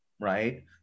right